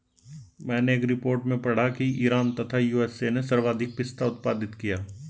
मैनें एक रिपोर्ट में पढ़ा की ईरान तथा यू.एस.ए ने सर्वाधिक पिस्ता उत्पादित किया